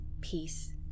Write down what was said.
peace